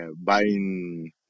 buying